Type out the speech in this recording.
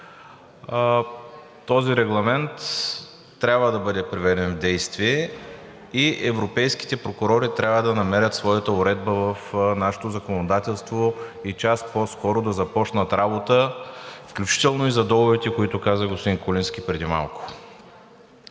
този Регламент трябва да бъде приведен в действие и европейските прокурори трябва да намерят своята уредба в нашето законодателство и час по-скоро да започнат работа, включително и за доводите, които каза господин Куленски преди малко.